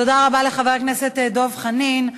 תודה רבה לחבר הכנסת דב חנין.